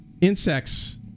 insects